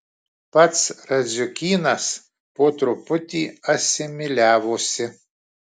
pats radziukynas po truputį asimiliavosi